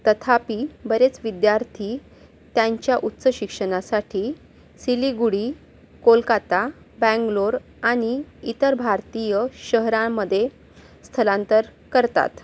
तथापि बरेच विद्यार्थी त्यांच्या उच्च शिक्षणासाठी सिलीगुडी कोलकाता बँगलोर आणि इतर भारतीय शहरांमध्ये स्थलांतर करतात